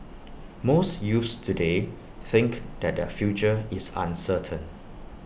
most youths today think that their future is uncertain